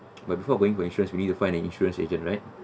but before going to insurance you need to find an insurance agent right